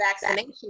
vaccination